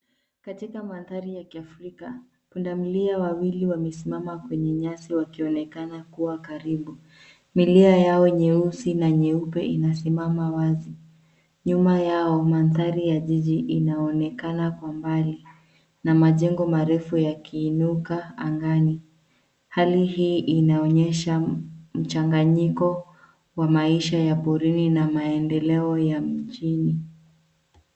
Katika mandhari ya kiafrika, pundamilia wawili wamesimama kwenye nyasi wakionekana kuwa karibu. Milia yao nyeusi na nyeupe inasimama wazi. Nyuma yao mandhari ya jiji inaonekana kwa mbali. Na majengo marefu yakiinuka angani. Hali hii inaonyesha mchanganyiko wa maisha ya porini na maendeleo ya mjini.